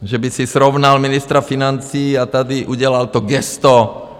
Že by si srovnal ministra financí a tady udělal to gesto.